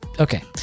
okay